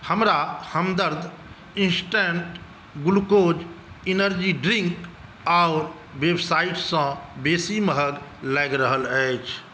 हमरा Hamdard instant glucose energy drink आओर वेबसाईटसँ बेसी महग लागि रहल अछि